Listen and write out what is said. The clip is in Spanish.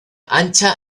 ancha